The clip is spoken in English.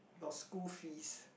got school fee